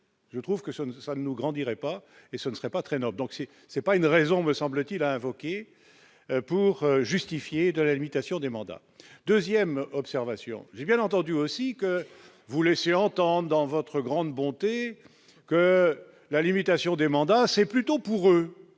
je trouve que ça nous ça nous grandirait pas et ce ne serait pas très nord, donc c'est c'est pas une raison, me semble-t-il, a invoqué pour justifier de la limitation des mandats 2ème observation j'bien entendu aussi que vous laissez entendre dans votre grande bonté que la limitation des mandats, c'est plutôt pour eux,